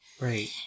right